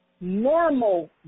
normal